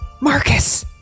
Marcus